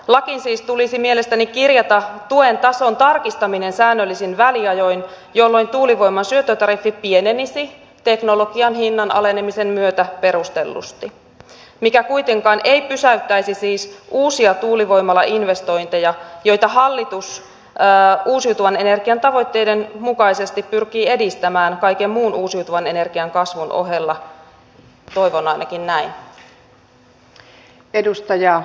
lakiin siis tulisi mielestäni kirjata tuen tason tarkistaminen säännöllisin väliajoin jolloin tuulivoiman syöttötariffi pienenisi teknologian hinnan alenemisen myötä perustellusti mikä siis ei kuitenkaan pysäyttäisi uusia tuulivoimalainvestointeja joita hallitus uusiutuvan energian tavoitteiden mukaisesti pyrkii edistämään kaiken muun uusiutuvan energian kasvun ohella toivon ainakin näin